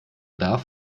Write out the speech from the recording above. darf